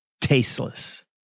tasteless